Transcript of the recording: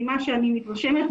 ממה שאני מתרשמת,